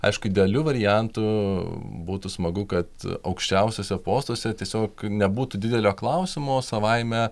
aišku idealiu variantu būtų smagu kad aukščiausiuose postuose tiesiog nebūtų didelio klausimo savaime